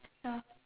ya